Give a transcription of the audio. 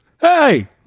Hey